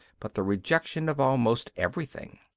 but the rejection of almost everything.